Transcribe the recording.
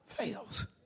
Fails